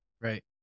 Right